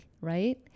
right